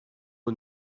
who